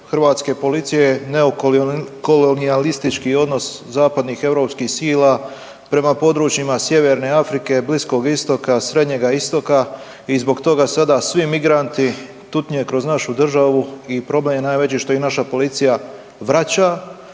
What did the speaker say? hrvatske policije neokolonijalistički odnos zapadnih europskih sila prema područjima Sjeverne Afrike, Bliskog Istoka, Srednjega Istoka i zbog toga sada svi migranti tutnje kroz našu državu i problem je najveći što ih naša policija vraća,